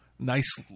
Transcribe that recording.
nice